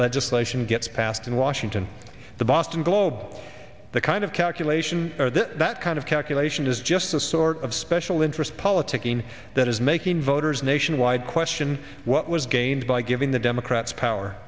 legislation gets passed in washington the boston globe the kind of calculation that kind of calculation is just the sort of special interest politicking that is making voters nationwide question what was gained by giving the democrats power